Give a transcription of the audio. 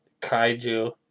Kaiju